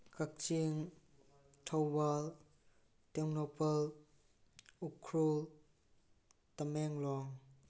ꯀꯛꯆꯤꯡ ꯊꯧꯕꯥꯜ ꯇꯦꯛꯅꯧꯄꯜ ꯎꯈ꯭ꯔꯨꯜ ꯇꯃꯦꯡꯂꯣꯡ